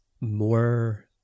more